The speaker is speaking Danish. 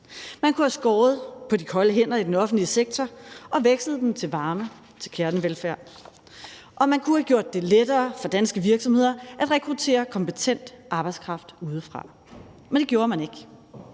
Man kunne have skåret på de kolde hænder i den offentlige sektor og have vekslet dem til varme hænder, til kernevelfærd. Og man kunne have gjort det lettere for danske virksomheder at rekruttere kompetent arbejdskraft udefra. Men det gjorde man ikke.